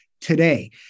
today